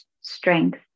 strength